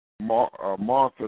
Martha